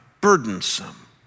burdensome